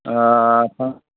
आच्चा